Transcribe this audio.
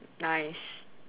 nice